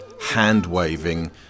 hand-waving